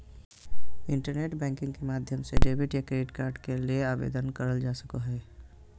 internet banking के माध्यम से डेबिट या क्रेडिट कार्ड ले आवेदन करल जा सको हय